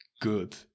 good